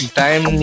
time